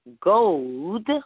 gold